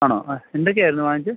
ആണോ ആ എന്തൊക്കെയായിരുന്നു വാങ്ങിച്ചത്